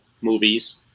movies